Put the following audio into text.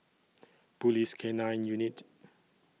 Police K nine Unit